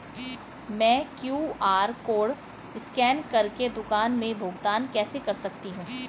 मैं QR code scan कर के दुकान में भुगतान कैसे कर सकती हूँ?